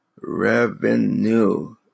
Revenue